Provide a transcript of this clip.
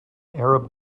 arab